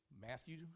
Matthew